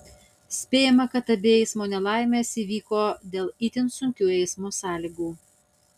spėjama kad abi eismo nelaimės įvyko dėl itin sunkių eismo sąlygų